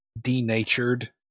denatured